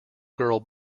girl